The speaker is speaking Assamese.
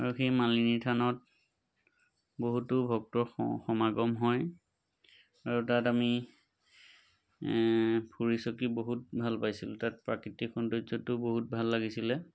আৰু সেই মালিনী থানত বহুতো ভক্তৰ সমাগম হয় আৰু তাত আমি ফুৰি চাকি বহুত ভাল পাইছিলোঁ তাত প্ৰাকৃতিক সৌন্দৰ্যটোও বহুত ভাল লাগিছিলে